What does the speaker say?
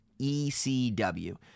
ECW